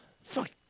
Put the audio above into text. Fuck